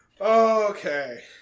Okay